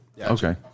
Okay